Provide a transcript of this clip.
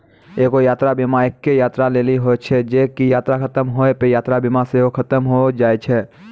एगो यात्रा बीमा एक्के यात्रा लेली होय छै जे की यात्रा खतम होय पे यात्रा बीमा सेहो खतम होय जाय छै